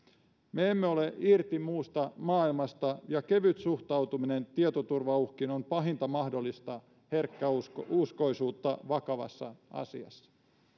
me emme ole irti muusta maailmasta ja kevyt suhtautuminen tietoturvauhkiin on pahinta mahdollista herkkäuskoisuutta vakavassa asiassa